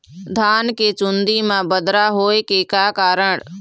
धान के चुन्दी मा बदरा होय के का कारण?